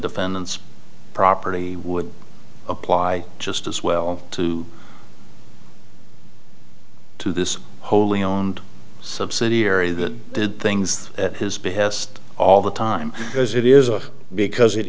defendant's property would apply just as well too to this wholly owned subsidiary that did things at his behest all the time because it is a because it